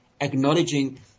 acknowledging